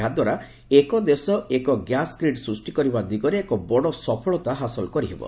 ଏହାଦ୍ୱାରା 'ଏକ ଦେଶ ଏକ ଗ୍ୟାସ୍ ଗ୍ରୀଡ଼' ସୃଷ୍ଟି କରିବା ଦିଗରେ ଏକ ବଡ଼ ସଫଳତା ହାସଲ କରିହେବ